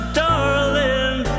darling